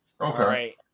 Okay